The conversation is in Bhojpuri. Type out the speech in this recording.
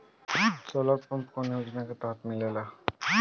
सोलर पम्प कौने योजना के तहत मिलेला?